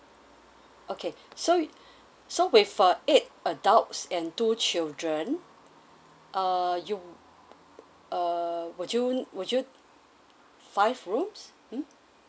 okay so so with uh eight adults and two children err you err would you would you five rooms hmm